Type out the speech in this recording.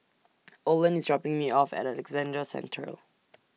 Olen IS dropping Me off At Alexandra Central